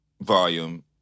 volume